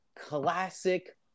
classic